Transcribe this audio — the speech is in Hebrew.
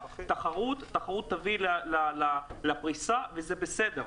שהתחרות תביא לפריסה וזה בסדר.